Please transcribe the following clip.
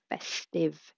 festive